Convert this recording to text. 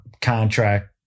contract